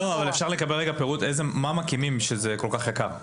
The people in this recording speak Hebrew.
אפשר לקבל פירוט מה מקימים שזה כל כך יקר?